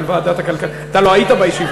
אתה יודע שעשו עלינו הצגה?